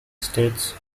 states